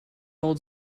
old